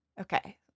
Okay